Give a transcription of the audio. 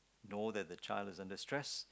know that the child is in distress